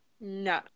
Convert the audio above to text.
No